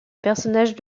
personnage